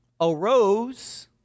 arose